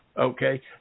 okay